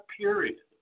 period